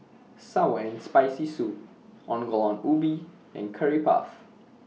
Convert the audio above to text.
Sour and Spicy Soup Ongol Ubi and Curry Puff